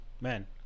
man